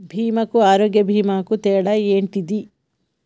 బీమా కు ఆరోగ్య బీమా కు తేడా ఏంటిది?